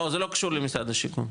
לא זה לא קשור למשרד השיכון.